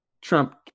Trump